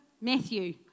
Matthew